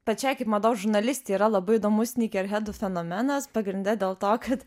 pačiai kaip mados žurnalistei yra labai įdomus snykerhedų fenomenas pagrinde dėl to kad